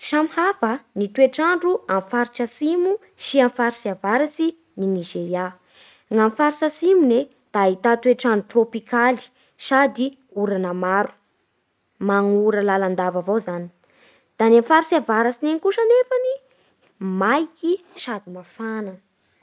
Samihafa ny toetr'andro amin'ny faritsy atsimo sy amin'ny faritsy avaratsy ny Nizeria. Ny amin'ny faritsy atsimony e da ahità toetr'andro trôpikaly sady orana maro magnoran-dava avao izany. Da any amin'ny faritsy avaratsy iny kosa anefany maiky sady mafana.